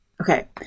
Okay